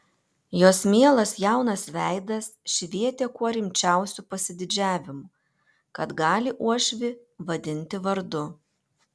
jos mielas jaunas veidas švietė kuo rimčiausiu pasididžiavimu kad gali uošvį vadinti vardu